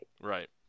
Right